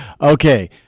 Okay